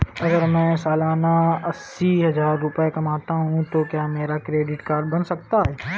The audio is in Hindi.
अगर मैं सालाना अस्सी हज़ार रुपये कमाता हूं तो क्या मेरा क्रेडिट कार्ड बन सकता है?